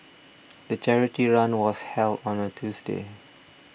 the charity run was held on a Tuesday